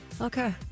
Okay